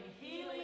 healing